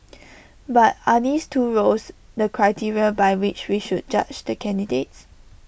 but are these two roles the criteria by which we should judge the candidates